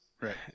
Right